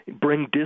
bring